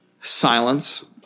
Silence